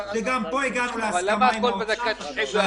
וגם פה הגענו להסכמה עם משרד האוצר.